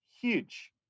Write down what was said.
huge